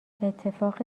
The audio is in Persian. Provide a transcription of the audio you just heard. اتفاق